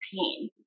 pain